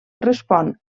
respon